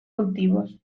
cultivos